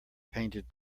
painted